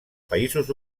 països